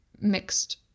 mixed